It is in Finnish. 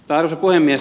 arvoisa puhemies